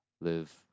live